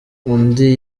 undi